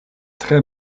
tre